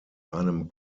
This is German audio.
einem